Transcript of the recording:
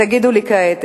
תגידו לי כעת,